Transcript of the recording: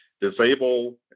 disable